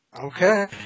Okay